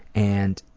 and